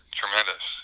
tremendous